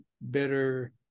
better